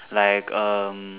like um